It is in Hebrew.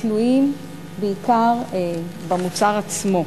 התלויים בעיקר במוצר עצמו.